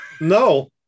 No